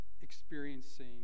experiencing